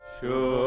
Sure